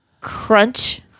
Crunch